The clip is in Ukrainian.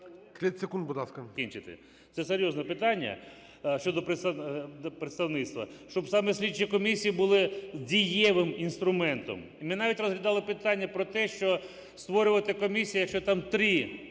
Це серйозне питання щодо представництва. Щоб саме слідчі комісії були дієвим інструментом. Ми навіть розглядали питання про те, що створювати комісію, якщо там три